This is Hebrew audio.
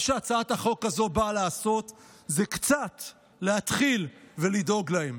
מה שהצעת החוק הזו באה לעשות הוא להתחיל קצת לדאוג להם.